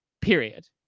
period